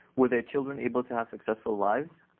were their children able to have successful lives?